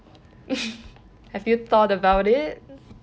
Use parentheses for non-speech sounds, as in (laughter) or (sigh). (laughs) have you thought about it